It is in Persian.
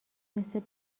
مثل